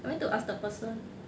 I went to ask the person